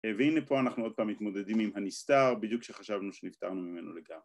אה... והנה פה אנחנו עוד פעם מתמודדים עם הנסתר, בדיוק כשחשבנו שנפטרנו ממנו לגמרי.